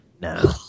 No